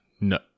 No